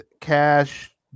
cash